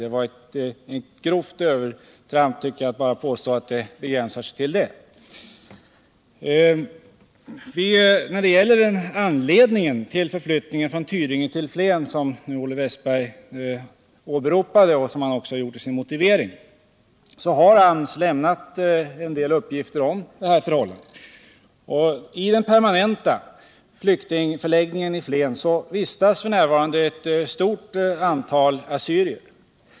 Det var ett grovt övertramp att påstå något sådant. När det gäller anledningen till förflyttningen från Tyringe till Flen, vilken Olle Wästberg åberopade i sin motivering, har AMS lämnat en del uppgifter om hur det förhåller sig. I den permanenta flyktingförläggningen i Flen vistas f.n. ett stort antal assyrier.